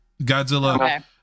godzilla